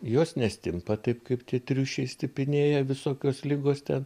jos nestimpa taip kaip tie triušiai stipinėja visokios ligos ten